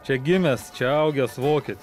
čia gimęs čia augęs vokietis